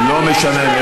אני חייב להתערב.